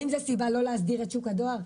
האם זה סיבה לא להסדיר את שוק הדואר?